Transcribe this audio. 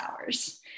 hours